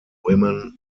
women